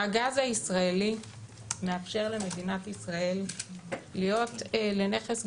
הגז הישראלי מאפשר למדינת ישראל להיות לנכס גיאו-פוליטי.